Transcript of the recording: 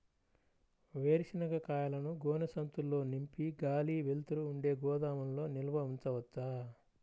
వేరుశనగ కాయలను గోనె సంచుల్లో నింపి గాలి, వెలుతురు ఉండే గోదాముల్లో నిల్వ ఉంచవచ్చా?